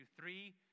three